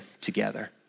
together